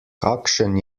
kakšen